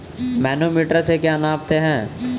Manometer से क्या नापते हैं?